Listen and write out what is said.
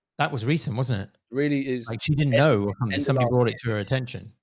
that was recent, wasn't it really is. like you know and somebody brought it to our attention.